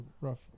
rough